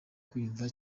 kwiyumva